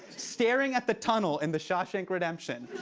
staring at the tunnel in the shawshank redemption.